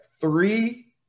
three